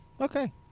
Okay